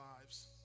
lives